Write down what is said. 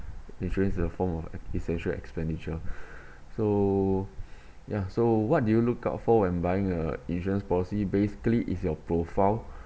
insurance is a form of essential expenditure so ya so what do you look out for when buying a insurance policy basically is your profile